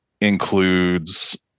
includes